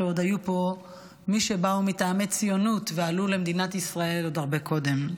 שעוד היו פה מי שבאו מטעמי ציונות ועלו למדינת ישראל עוד הרבה קודם.